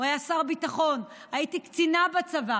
הוא היה שר ביטחון, הייתי קצינה בצבא.